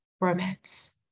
romance